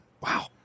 wow